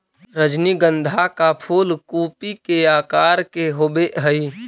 रजनीगंधा का फूल कूपी के आकार के होवे हई